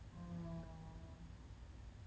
err